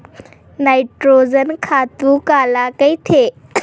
Nitrogen खातु काला कहिथे?